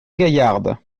gaillarde